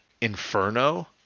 Inferno